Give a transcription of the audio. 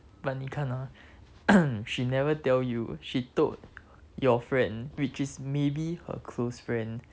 but 你看 ah she never tell you she told your friend which is maybe her close friend